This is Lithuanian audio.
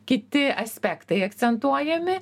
kiti aspektai akcentuojami